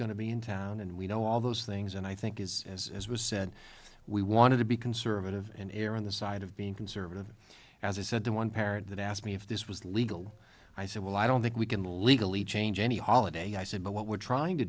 going to be in town and we know all those things and i think is as as was said we wanted to be conservative and err on the side of being conservative as i said the one parent that asked me if this was legal i said well i don't think we can legally change any holiday i said but what we're trying to